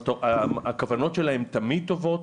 והכוונות שלהן תמיד טובות.